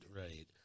right